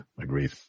agreed